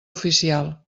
oficial